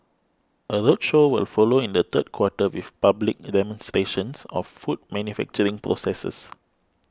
a roadshow will follow in the third quarter with public demonstrations of food manufacturing processes